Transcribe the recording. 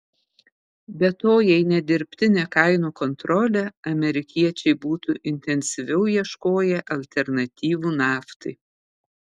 be to jei ne dirbtinė kainų kontrolė amerikiečiai būtų intensyviau ieškoję alternatyvų naftai